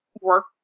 work